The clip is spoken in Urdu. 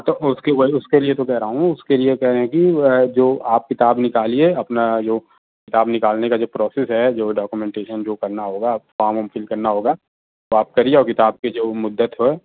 تو اس کی اس کے لیے تو کہہ رہا ہوں اس کے لیے کہہ رہے ہیں کہ جو آپ کتاب نکالیے اپنا جو کتاب نکالنے کا جو پروسیس ہے جو ڈاکومینٹیشن جو کرنا ہوگا فارم وام فل کرنا ہوگا وہ آپ کریے اور کتاب کی جو مدت ہو